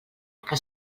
que